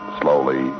slowly